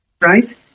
Right